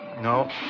No